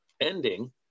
ending